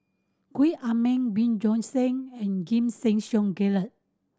Gwee Ah Leng Bjorn Shen and Giam Yean Song Gerald